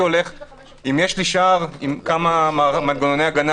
אם יש לי שער עם כמה מנגנוני הגנה